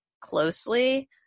closely